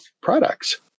products